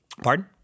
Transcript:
Pardon